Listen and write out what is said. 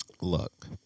Look